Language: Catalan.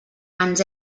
ens